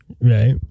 right